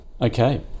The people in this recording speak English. Okay